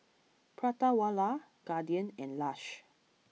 Prata Wala Guardian and Lush